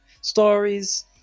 stories